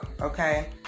okay